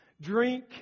Drink